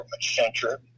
Center